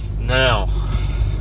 Now